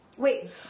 Wait